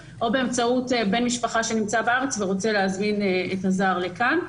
או באמצעות בן משפחה שנמצא בארץ ורוצה להזמין את הזר לכאן.